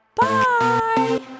Bye